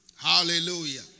Hallelujah